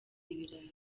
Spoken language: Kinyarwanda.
ibirayi